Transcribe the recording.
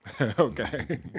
Okay